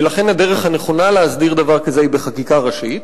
ולכן הדרך הנכונה להסדיר דבר כזה היא בחקיקה ראשית.